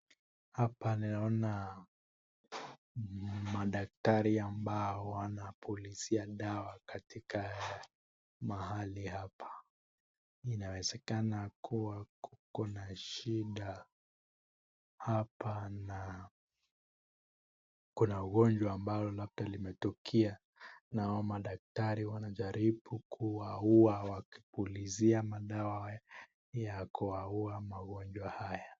Hapa naona madaktari ambao wanapulizia dawa katika mahali hapa. Inawezekana kuwa Kuna shida hapa na kuna ugonjwa ambao labda limetokea na madaktari wanajaribu kuwaua wakipulizia Madawa ya kuwaua Magonjwa haya.